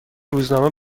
روزنامه